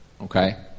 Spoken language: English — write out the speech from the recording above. Okay